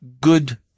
good